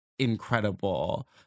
incredible